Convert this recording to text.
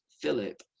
Philip